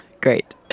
great